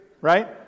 right